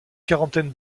quarantaine